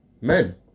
men